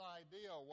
idea